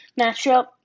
matchup